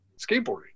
skateboarding